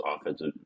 offensive